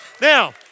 Now